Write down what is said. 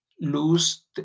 lose